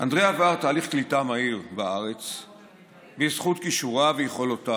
אנדרי עבר תהליך קליטה מהיר בארץ בזכות כישוריו ויכולותיו.